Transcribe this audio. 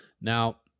Now